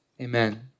Amen